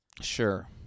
Sure